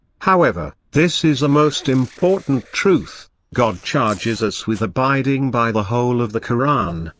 however, this is a most important truth god charges us with abiding by the whole of the koran,